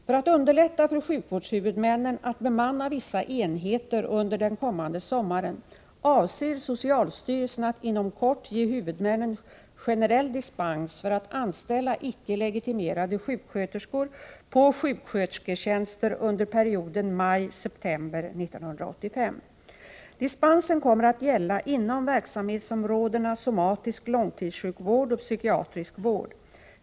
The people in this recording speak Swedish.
För att underlätta för sjukvårdshuvudmännen att bemanna vissa enheter under den kommande sommaren avser socialstyrelsen att inom kort ge huvudmännen generell dispens för att anställa icke legitimerade sjuksköterskor på sjukskötersketjänster under perioden maj-september 1985. Dispensen kommer att gälla inom verksamhetsområdena somatisk långtidssjukvård och psykiatrisk vård.